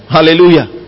Hallelujah